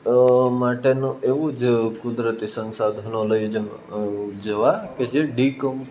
માટેનું એવું જ કુદરતી સંસાધનો લઈ જવા લઈ જવા કે જે